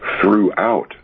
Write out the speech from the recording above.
throughout